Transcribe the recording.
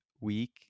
week